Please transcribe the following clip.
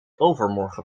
overmorgen